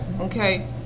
Okay